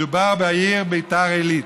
מדובר בעיר בית"ר עילית.